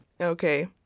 Okay